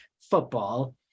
football